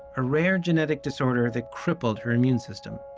a rare genetic disorder that crippled her immune system.